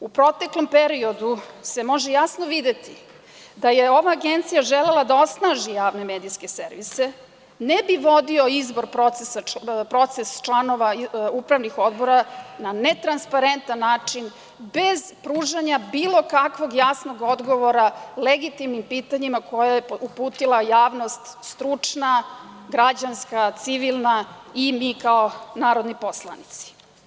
U proteklom periodu se može jasno videti, da je ova agencija želela da osnaži javne medijske servise, ne bi vodio proces izbora članova upravnih odbora na netransparentan način, bez pružanja bilo kakvog jasnog odgovora legitimnim pitanjima koja je uputila javnost stručna, građanska, civilna i mi kao narodni poslanici.